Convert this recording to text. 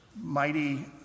mighty